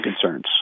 concerns